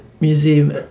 museum